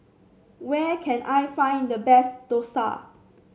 where can I find the best dosa